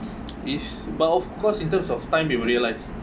is but of course in terms of time you will realise